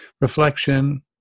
reflection